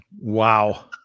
Wow